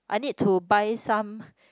I need to buy some